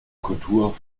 kultur